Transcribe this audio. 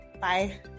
Bye